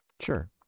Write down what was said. Sure